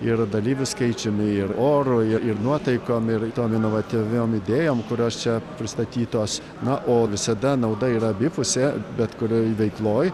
ir dalyvių skaičiumi ir oru ir ir nuotaikom ir tom inovatyviom idėjom kurios čia pristatytos na o visada nauda yra abipusė bet kurioj veikloj